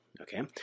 okay